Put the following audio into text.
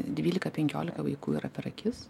dvylika penkiolika vaikų yra per akis